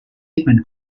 pavement